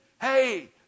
hey